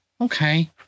Okay